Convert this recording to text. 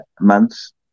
months